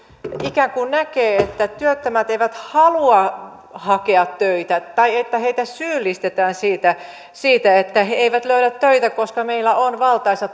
ikään kuin näkee että työttömät eivät halua hakea töitä tai että heitä syyllistetään siitä siitä että he eivät löydä töitä koska meillä on valtaisa